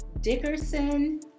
Dickerson